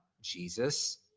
Jesus